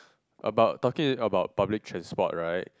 about talking about public transport right